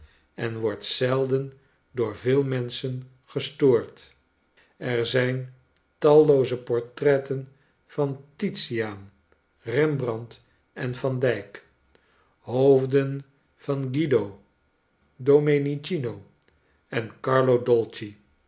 en wordt zelden door veel menschen gestoord er zijn tallooze portretten van titiaan rembrand en van dijk hoofden van gfuido domenichino en carlo